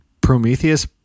Prometheus